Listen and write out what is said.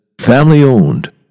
family-owned